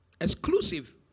Exclusive